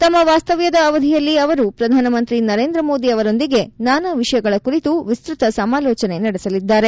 ತಮ್ಮ ವಾಸ್ತವ್ಯದ ಅವಧಿಯಲ್ಲಿ ಅವರು ಪ್ರಧಾನಮಂತ್ರಿ ನರೇಂದ್ರ ಮೋದಿ ಅವರೊಂದಿಗೆ ನಾನಾ ವಿಷಯಗಳ ಕುರಿತು ವಿಸ್ತತ ಸಮಾಲೋಚನೆ ನಡೆಸಲಿದ್ದಾರೆ